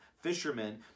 fishermen